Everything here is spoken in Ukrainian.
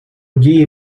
дії